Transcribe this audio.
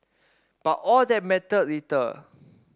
but all that mattered little